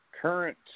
current